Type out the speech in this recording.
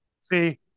See